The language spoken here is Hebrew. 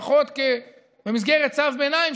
לפחות במסגרת צו ביניים,